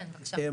כן בבקשה.